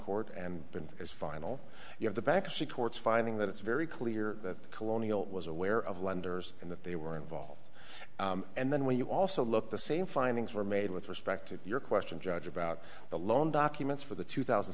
court and been as final you have the back of the court's finding that it's very clear that the colonial was aware of lenders and that they were involved and then when you also look at the same findings were made with respect to your question judge about the loan documents for the two thousand